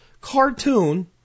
cartoon